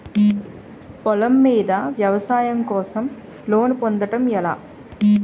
పొలం మీద వ్యవసాయం కోసం లోన్ పొందటం ఎలా?